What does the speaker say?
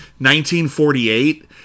1948